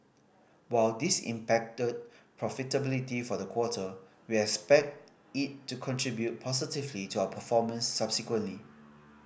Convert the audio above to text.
while this impacted profitability for the quarter we expect it to contribute positively to our performance subsequently